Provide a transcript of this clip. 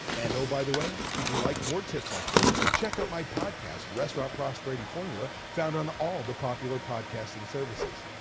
and oh, by the way, if you like more tips like this, check out my podcast, restaurant prosperity formula found on all the popular podcasting services.